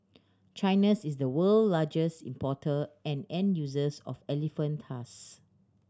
China's is the world largest importer and end users of elephant tusks